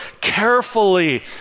carefully